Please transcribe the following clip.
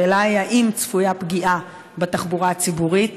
השאלה היא: האם צפויה פגיעה בתחבורה הציבורית,